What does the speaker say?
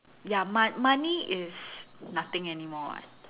ya m~ money is nothing anymore [what]